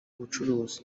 ubucuruzi